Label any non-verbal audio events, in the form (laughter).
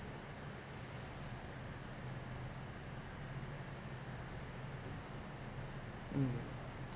mm (noise)